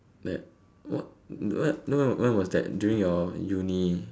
then what when then when when was that during your uni